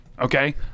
okay